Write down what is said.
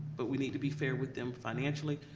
but we need to be fair with them financially.